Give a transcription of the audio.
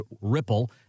ripple